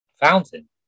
Fountain